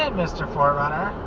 and mr. four runner.